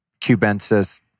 cubensis